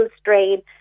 strain